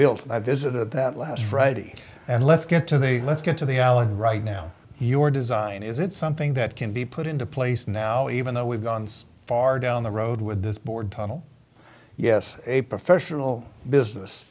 built and i visited that last friday and let's get to the let's get to the allen right now your design is it something that can be put into place now even though we've gone so far down the road with this board tunnel yes a professional business